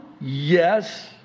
Yes